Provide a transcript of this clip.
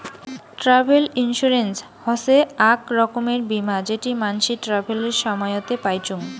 travel insurance হসে আক রকমের বীমা যেটি মানসি ট্রাভেলের সময়তে পাইচুঙ